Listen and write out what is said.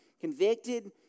convicted